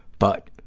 but